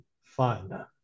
fun